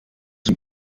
zum